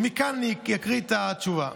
ומכאן אני אקריא את התשובה.